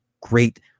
great